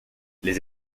les